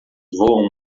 voam